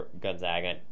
Gonzaga